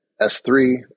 s3